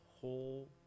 whole